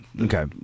Okay